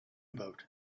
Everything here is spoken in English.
about